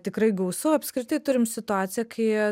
tikrai gausu apskritai turim situaciją kai